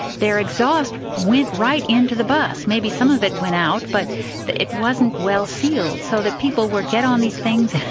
their exhaust went right into the bus. maybe some of it went out, but it wasn't well sealed, so that people would get on these things,